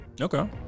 Okay